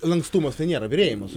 lankstumas tai nėra byrėjimas